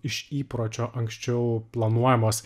iš įpročio anksčiau planuojamos